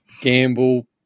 gamble